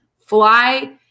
fly